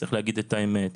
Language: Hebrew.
צריך להגיד את האמת.